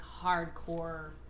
hardcore